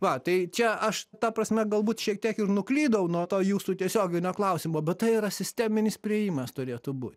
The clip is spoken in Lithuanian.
va tai čia aš ta prasme galbūt šiek tiek ir nuklydau nuo to jūsų tiesioginio klausimo bet tai yra sisteminis priėjimas turėtų bū